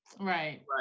right